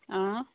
اۭں